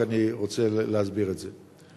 אני רק רוצה להסביר את זה.